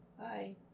Bye